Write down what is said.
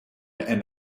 and